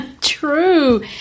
True